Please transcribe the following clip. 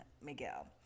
Miguel